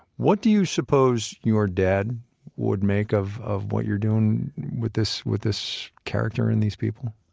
what do you suppose your dad would make of of what you're doing with this with this character and these people?